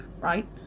right